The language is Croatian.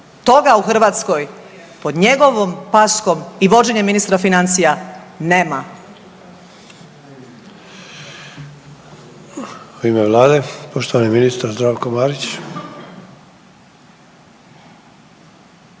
Toga u Hrvatskoj pod njegovom paskom i vođenjem ministra financija nema. **Sanader, Ante (HDZ)** U ime vlade, poštovani ministar Zdravko Marić.